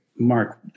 Mark